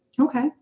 Okay